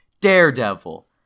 Daredevil